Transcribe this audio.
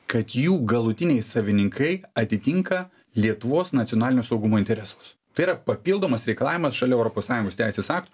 kad jų galutiniai savininkai atitinka lietuvos nacionalinio saugumo interesus tai yra papildomas reikalavimas šalia europos sąjungos teisės aktų